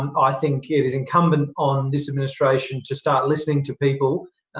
um i think yeah it is incumbent on this administration to start listening to people.